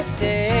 day